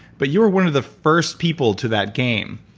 but you were one of the first people to that game.